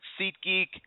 SeatGeek